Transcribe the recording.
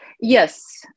Yes